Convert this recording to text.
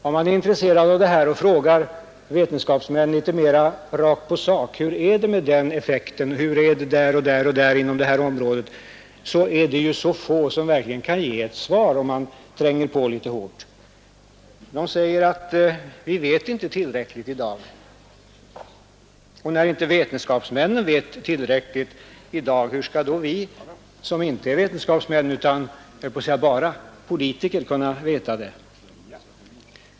Den som är intresserad av fluorideringsproblematiken och frågar vetenskapsmännen litet mera rakt på sak om olika effekter på det här området finner att det är mycket få som verkligen kan ge några svar då man tränger dem litet hårt. De säger: ”Vi vet inte tillräckligt i dag.” Och när inte vetenskapsmännen vet tillräckligt i dag, hur skall då vi som inte är vetenskapsmän utan, jag höll på att säga, bara politiker kunna veta det?